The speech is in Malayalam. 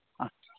ആ